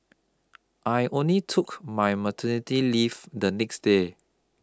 I only took my maternity leave the next day